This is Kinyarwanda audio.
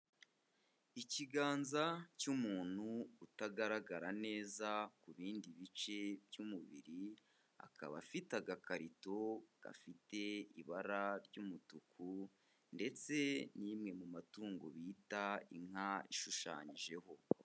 Ikiganza cy'umuntu utagaragara neza ku bindi bice by'umubiri, akaba afite agakarito gafite ibara ry'umutuku ndetse n'imwe mu matungo bita inka ishushanyijeho.